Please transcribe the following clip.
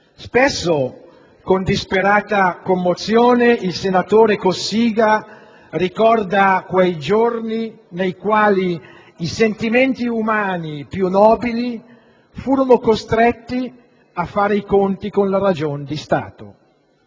Spesso, con disperata commozione, il senatore Cossiga ricorda quei giorni nei quali i sentimenti umani più nobili furono costretti a fare i conti con la ragion di Stato.